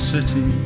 City